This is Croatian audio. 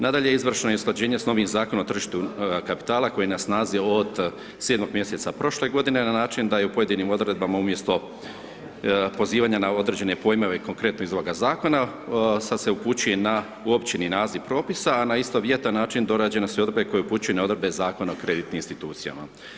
Nadalje, izvršno je usklađenje s novim Zakonom o tržištu kapitala koje je na snazi od 7. mj. prošle godine na način da je u pojedinim odredbama umjesto pozivanja na određene pojmove i konkretno iz ovoga zakona, sad se upućuje na u opći naziv propisa, a na istovjetan način dorađen su odredbe koje upućuju na odredbe Zakona o kreditnim institucijama.